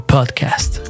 Podcast